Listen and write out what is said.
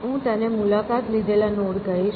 હું તેને મુલાકાત લીધેલા નોડ કહીશ